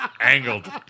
Angled